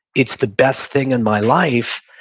it's the best thing in my life,